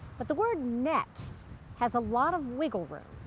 but the word net has a lot of wiggle room.